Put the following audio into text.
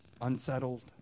unsettled